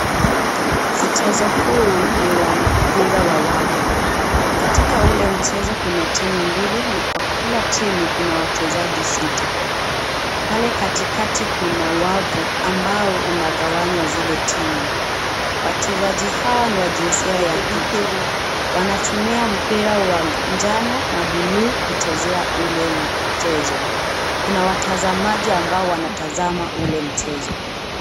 Mchezo huu ni wa mpira wa wavu. Katika ule mchezo kuna timu mbili na Kwa kila timu kuna wachezaji sita. Pale katikati kuna wavu ambao unagawanya zile timu. Wachezaji hawa ni wa jinsia ya kike. Wanatumia mpira wa njano na buluu{cs} kucheza ule mchezo. Kuna watazamaji ambao wanatazama ule mchezo.